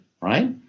right